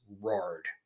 roared